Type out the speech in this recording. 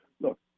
look